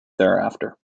thereafter